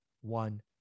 one